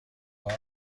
بار